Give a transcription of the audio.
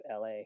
LA